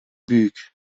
büyük